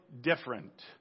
different